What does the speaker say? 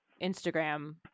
instagram